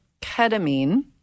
ketamine